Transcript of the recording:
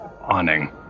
awning